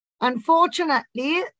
Unfortunately